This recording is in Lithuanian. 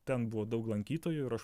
ten buvo daug lankytojų ir aš